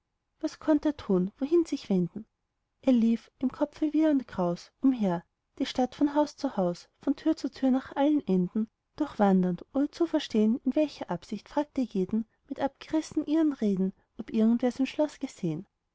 was konnt er tun wohin sich wenden er lief im kopfe wirr und kraus umher die stadt von haus zu haus von tür zu tür nach allen enden durchwandernd ohne zu verstehn in welcher absicht fragte jeden mit abgeriss'nen irren reden ob irgendwer sein schloß gesehn